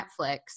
Netflix